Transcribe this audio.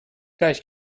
gleich